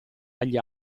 agli